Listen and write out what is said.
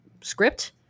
script